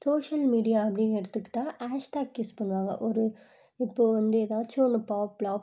social media அப்படின்னு எடுத்துக்கிட்டால் hashtag use பண்ணுவாங்க ஒரு இப்போ வந்து ஏதாச்சும் ஒன்று பாப் லாப்